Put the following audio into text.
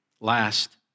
Last